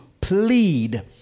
plead